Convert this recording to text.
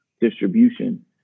distribution